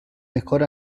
mejor